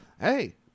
Hey